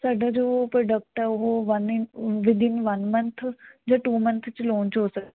ਸਾਡਾ ਜੋ ਪ੍ਰੋਡਕਟ ਹੈ ਉਹ one in within one month ਜਾਂ ਟੂ ਮੰਥ 'ਚ ਲਾਂਚ ਹੋ ਸਕ